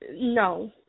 no